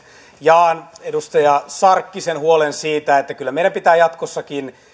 jaan edustaja sarkkisen huolen siitä että kyllä meidän pitää jatkossakin